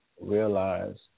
realize